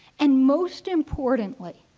and most importantly,